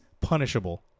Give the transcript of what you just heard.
punishable